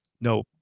no